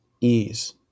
ease